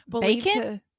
Bacon